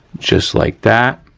just like that.